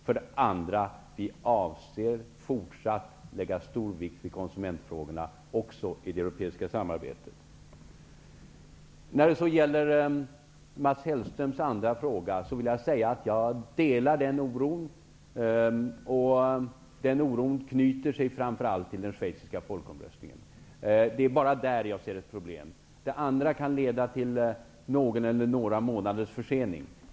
För det andra avser vi att fortsättningsvis lägga stor vikt vid konsumentfrågorna också i det europeiska samarbetet. När det gäller Mats Hellströms andra fråga vill jag säga att jag delar hans oro. Den oron knyter sig framför allt till den schweiziska folkomröstningen. Det är bara där som jag ser ett problem. Det andra kan leda till någon eller några månaders försening.